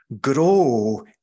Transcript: grow